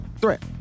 threat